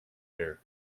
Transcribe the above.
air